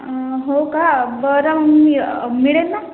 हो का बरं मिळेल ना